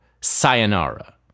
Sayonara